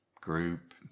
group